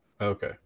Okay